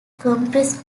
compress